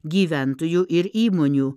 gyventojų ir įmonių